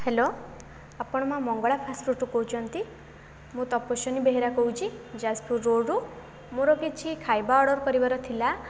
hello ଆପଣ ମା' ମଙ୍ଗଳା ଫାଷ୍ଟପୁଡ଼ରୁ କହୁଛନ୍ତି ମୁଁ ତପସ୍ଵିନୀ ବେହେରା କହୁଚି ଯାଜପୁର ରୋଡ଼ରୁ ମୋ'ର କିଛି ଖାଇବା ଅର୍ଡ଼ର କରିବାର ଥିଲା